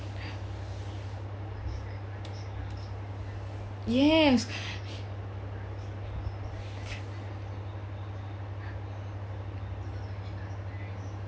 yes